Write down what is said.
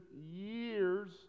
years